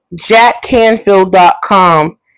jackcanfield.com